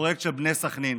הפרויקט של בני סח'נין,